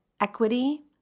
equity